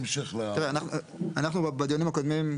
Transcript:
אנחנו בדיונים הקודמים,